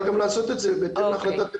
גם לעשות את זה בהתאם להחלטת הממשלה.